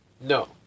No